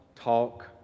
talk